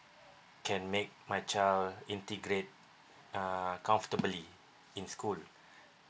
can make my child integrate uh comfortably in school